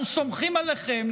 אנחנו סומכים עליכם,